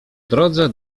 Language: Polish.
drodze